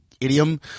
idiom